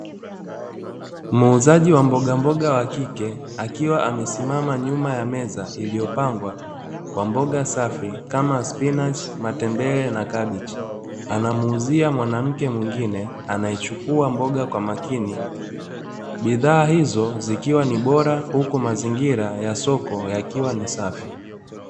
Muuzaji wa mbogamboga wa kike akiwa amesimama nyuma ya meza iliyopambwa kwa mboga safi kama spinachi, matembele na kabichi, anamuuzia mwanamke mwingine anae chukua mboga kwa makini, bidhaa hizo zikiwa ni bora huku mazingira ya soko yakiwa ni safi.